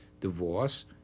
divorce